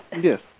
Yes